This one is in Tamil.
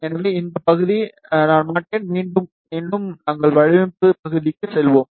எனவே இந்த பகுதி நான் மாட்டேன் மீண்டும் மீண்டும் நாங்கள் வடிவமைப்பு பகுதிக்கு செல்வோம்